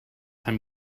time